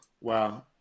Wow